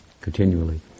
continually